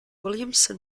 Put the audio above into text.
williamson